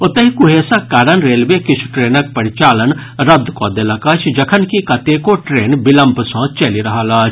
ओतहि कुंहेसक कारण रेलवे किछु ट्रेनक परिचालन रद्द कऽ देलक अछि जखनकि कतेको ट्रेन विलम्ब सॅ चलि रहल अछि